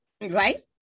Right